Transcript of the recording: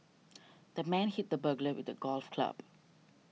the man hit the burglar with a golf club